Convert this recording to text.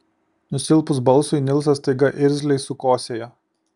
nusilpus balsui nilsas staiga irzliai sukosėjo